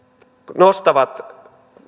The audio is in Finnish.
nostavat